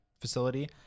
facility